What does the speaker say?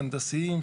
הנדסיים,